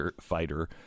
fighter